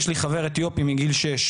יש לי חבר אתיופי מגיל שש,